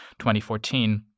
2014